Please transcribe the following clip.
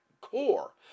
core